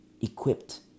Equipped